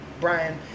Brian